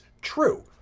true